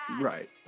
Right